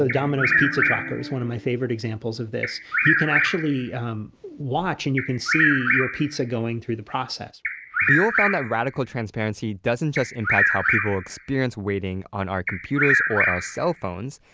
ah domino's pizza tracker is one of my favorite examples of this. you can actually watch and you can see your pizza going through the process buell found that radical transparency doesn't just impact how people experience waiting on our computers or our cell phones,